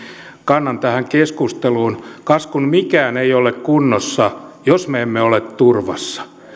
kannan tähän keskusteluun kas kun mikään ei ole kunnossa jos me emme ole turvassa